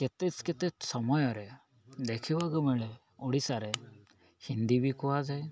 କେତେ କେତେ ସମୟରେ ଦେଖିବାକୁ ମିଳେ ଓଡ଼ିଶାରେ ହିନ୍ଦୀ ବି କୁହାଯାଏ